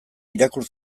irakur